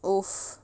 !oof!